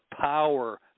power